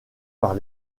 par